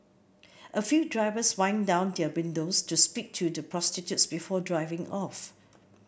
a few drivers wind down their windows to speak to the prostitutes before driving off